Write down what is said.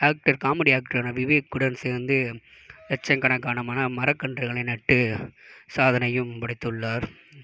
actor comedy actor Vivek கூட சேர்ந்து லட்சகணக்கான மரகன்றுகளை நட்டு சாதனையும் படைத்துள்ளார்